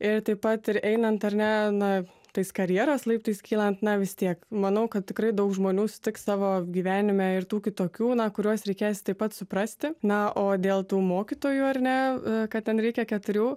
ir taip pat ir einant ar ne na tais karjeros laiptais kylant na vis tiek manau kad tikrai daug žmonių sutiks savo gyvenime ir tų kitokių na kuriuos reikės taip pat suprasti na o dėl tų mokytojų ar ne kad ten reikia keturių